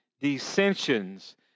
dissensions